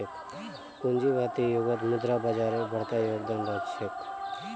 पूंजीवादी युगत मुद्रा बाजारेर बरका योगदान रह छेक